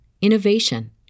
innovation